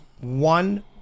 one